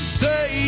say